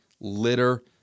litter